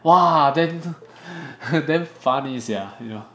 !wah! then damn funny sia you know